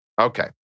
Okay